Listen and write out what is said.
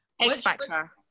X-Factor